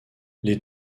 les